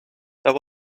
there